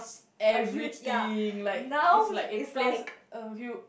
everything like it's like in place uh you